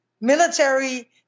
military